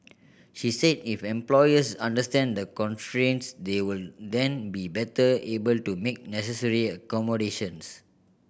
she said if employers understand the constraints they will then be better able to make necessary accommodations